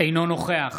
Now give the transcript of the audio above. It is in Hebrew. אינו נוכח